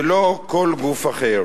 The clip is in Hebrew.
ולא כל גוף אחר.